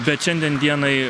bet šiandien dienai